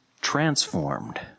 transformed